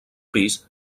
pis